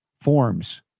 forms